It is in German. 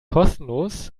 kostenlos